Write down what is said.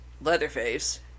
Leatherface